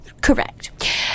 Correct